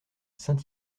saint